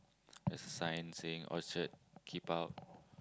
there's a sign saying orchard keep out